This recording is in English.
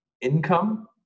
income